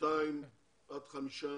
שניים עד חמישה